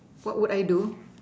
what would I do